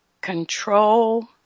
Control